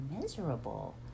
miserable